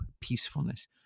peacefulness